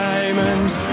Diamonds